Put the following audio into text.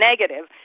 negative